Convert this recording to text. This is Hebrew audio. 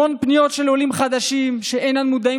המון פניות של עולים חדשים שאינם מודעים